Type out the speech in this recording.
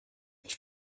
ich